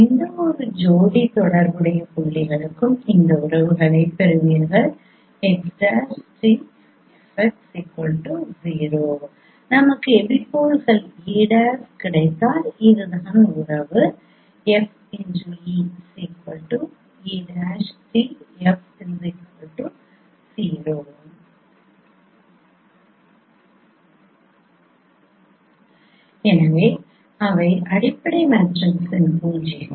எந்தவொரு ஜோடி தொடர்புடைய புள்ளிகளுக்கும் இந்த உறவுகளைப் பெறுவீர்கள் நமக்கு எபிபோல்கள் e' கிடைத்தால் இதுதான் உறவு எனவே அவை அடிப்படை மேட்ரிக்ஸின் பூஜ்ஜியங்கள்